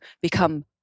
become